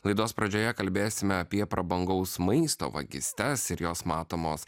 laidos pradžioje kalbėsime apie prabangaus maisto vagystes ir jos matomos